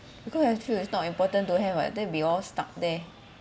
because actually it's not important to have [what] then it'll be all stuck there